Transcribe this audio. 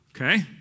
okay